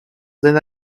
then